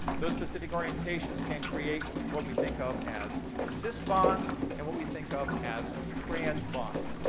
those specific orientations can create what we think of as cis bonds and what we think of as trans bonds.